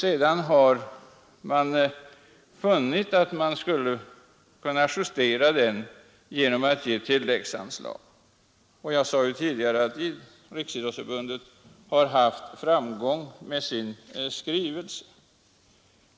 Sedan har man funnit att man borde justera beloppet genom att ge tilläggsanslag. Riksidrottsförbundet har haft framgång med sin skrivelse.